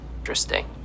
interesting